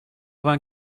vingt